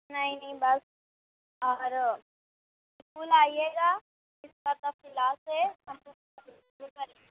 نہیں نہیں بس اور اسکول آئیے گا اِس پر تفصیلات سے